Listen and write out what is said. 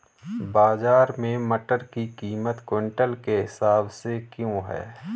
बाजार में मटर की कीमत क्विंटल के हिसाब से क्यो है?